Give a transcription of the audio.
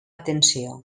atenció